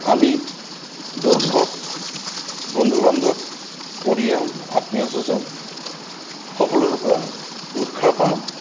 আমি দৰ্শক বন্ধু বান্ধৱ পৰিয়াল আত্মীয়স্বজন সকলোৰে পৰা উৎসাহ পাওঁ